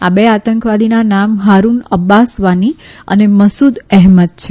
આ બે આતંકવાદીના નામ હારુન અબ્બાસવાની અને મસૂદ એહમદ છે